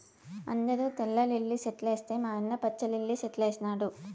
అందరూ తెల్ల లిల్లీ సెట్లేస్తే మా యన్న పచ్చ లిల్లి సెట్లేసినాడు